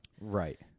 Right